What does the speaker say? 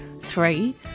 Three